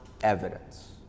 evidence